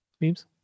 Memes